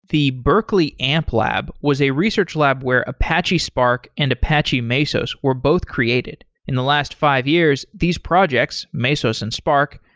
the berkeley amplab was a research lab where apache spark and apache mesos were both created. in the last five years, these projects mesos and spark,